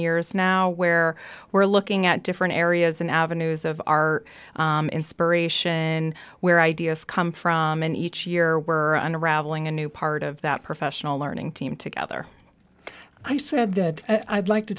years now where we're looking at different areas and avenues of our inspiration where ideas come from and each year we're unraveling a new part of that professional learning team together i said that i'd